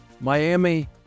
Miami